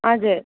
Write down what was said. हजुर